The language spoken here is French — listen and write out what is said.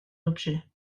objets